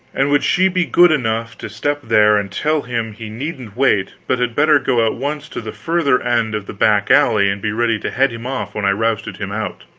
and would she be good enough to step there and tell him he needn't wait, but had better go at once to the further end of the back alley and be ready to head him off when i rousted him out.